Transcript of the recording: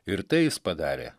ir tai jis padarė